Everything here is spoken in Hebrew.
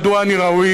מדוע אני ראוי,